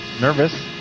nervous